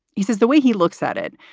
he says the way he looks at it,